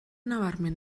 nabarmen